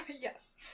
Yes